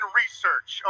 research